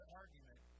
argument